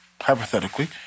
hypothetically